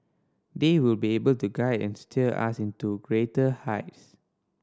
they will be able to guide and steer us in to greater heights